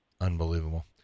Unbelievable